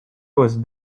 was